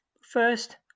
First